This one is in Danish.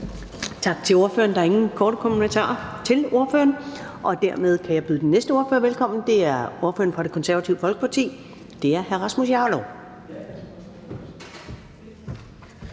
Tak til ordføreren. Der er ingen korte bemærkninger til ordføreren, og dermed kan jeg byde den næste ordfører velkommen. Det er ordføreren for Det Konservative Folkeparti. Det er hr. Rasmus Jarlov.